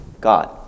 God